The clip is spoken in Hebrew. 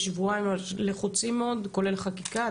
יש שבועיים לחוצים מאוד כולל חקיקה,